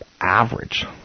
average